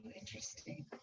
interesting